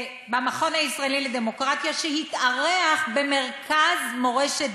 המכון הישראלי לדמוקרטיה התארח במרכז מורשת